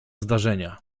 zdarzenia